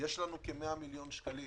יש לנו כ-100 מיליון שקלים